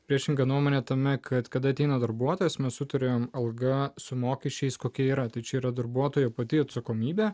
priešingą nuomonę tame kad kada ateina darbuotojas mes sutariame alga su mokesčiais kokia yra tai čia yra darbuotojo pati atsakomybė